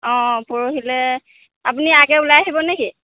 অঁ পৰহিলে আপুনি আগে ওলাই আহিব নেকি